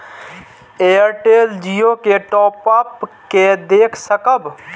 Airtel Jio के top up के देख सकब?